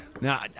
Now